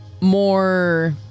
more